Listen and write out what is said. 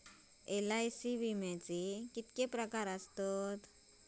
LIC विम्याचे किती प्रकार आसत?